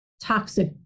toxic